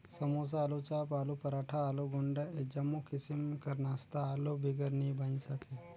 समोसा, आलूचाप, आलू पराठा, आलू गुंडा ए जम्मो किसिम कर नास्ता आलू बिगर नी बइन सके